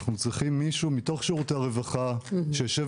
אנחנו צריכים מישהו מתוך שירותי הרווחה שישב